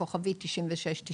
כוכבית 9696,